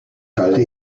halte